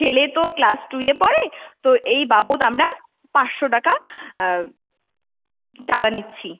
ছেলে তো ক্লাস টুয়ে পড়ে তো এই বাবদ আমরা পাঁচশো টাকা চাঁদা নিচ্ছি